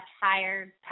higher